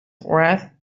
wrath